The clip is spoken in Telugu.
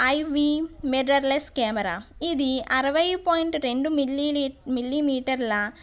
ఐవి మిర్రర్ లెస్ కెమెరా ఇది అరవై పాయింట్ రెండు మిల్లీ లీట మిల్లీ మీటర్ల